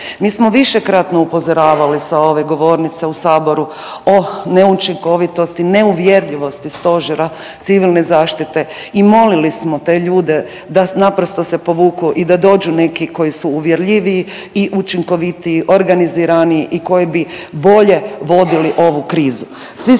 Mi smo višekratno upozoravali sa ove govornice u saboru o neučinkovitosti, neuvjerljivosti stožera civilne zaštite i molili smo te ljude da naprosto se povuku i da dođu koji su uvjerljiviji i učinkovitiji, organiziraniji i koji bi bolje vodili ovu krizu.